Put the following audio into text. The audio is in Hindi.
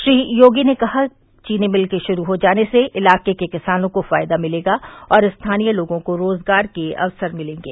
श्री योगी ने कहा इस चीनी मिल के शुरू हो जाने से इलाके के किसानों को फायदा मिलेगा और स्थानीय लोगों को रोजगार के अवसर मिलेंगे